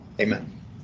Amen